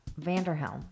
Vanderhelm